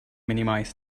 minimize